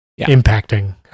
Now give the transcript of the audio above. impacting